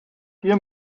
hier